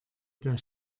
der